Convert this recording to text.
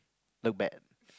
look bad